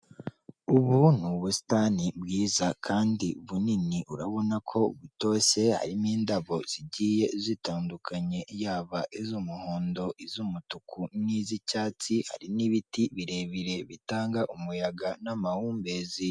Ubu ni ubusitani bwiza kandi bunini urabona ko butoshye harimo indabo zigiye zitandukanye, yaba iz'umuhondo, iz'umutuku n'iz'icyatsi hari n'ibiti birebire bitanga umuyaga n'amahumbezi.